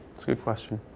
good question.